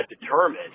determined